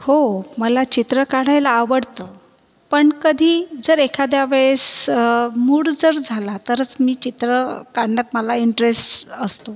हो मला चित्र काढायला आवडतं पण कधी जर एखाद्या वेळेस मूड जर झाला तरच मी चित्र काढण्यात मला इंटरेस्ट असतो